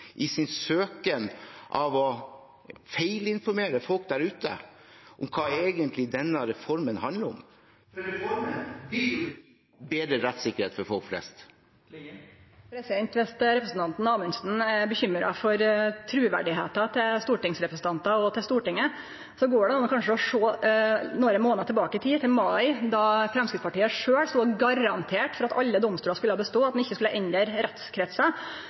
i sin søken etter å feilinformere folk der ute om hva denne reformen egentlig handler om? Reformen vil jo bety bedre rettssikkerhet for folk flest. Om representanten Amundsen er bekymra for truverdet til stortingsrepresentantar og til Stortinget, går det kanskje an å sjå nokre månader tilbake i tid, til mai, da Framstegspartiet sjølv stod og garanterte for at alle domstolar skulle bestå, og at ein ikkje skulle endre